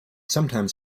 sometimes